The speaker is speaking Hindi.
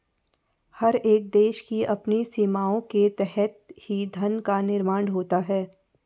हर एक देश की अपनी सीमाओं के तहत ही धन का निर्माण होता है